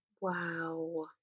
Wow